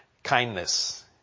Kindness